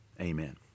amen